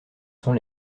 sont